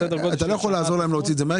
אתה לא יכול לעזור להם להוציא את זה מהר,